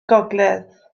gogledd